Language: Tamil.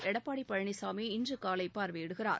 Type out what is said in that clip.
எடப்பாடி பழனிசாமி இன்று காலை பார்வையிடுகிறார்